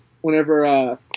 whenever